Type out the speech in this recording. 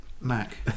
Mac